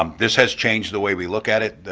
um this has changed the way we look at it,